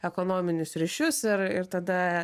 ekonominius ryšius ir ir tada